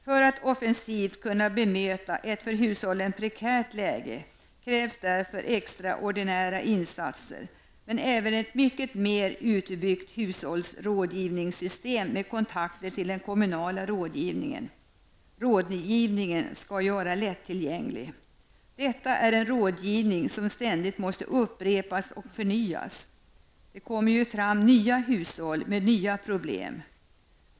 För att offensivt kunna bemöta ett för hushållen prekärt läge krävs därför extra ordinära insatser, men även ett mycket mer utbyggt hushållsrådgivningssystem med kontakter till den kommunala rådgivningen. Rådgivningen skall ju vara lättillgänglig. Detta är en rådgivning som ständigt måste upprepas och förnyas -- det kommer ju fram nya hushåll med nya problem.